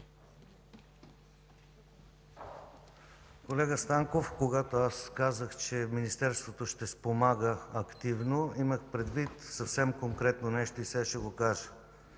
Колега Станков, когато казах, че Министерството ще помага активно, имах предвид съвсем конкретно нещо и сега ще го кажа.